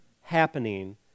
happening